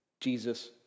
Jesus